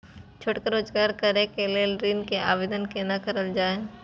छोटका रोजगार करैक लेल ऋण के आवेदन केना करल जाय?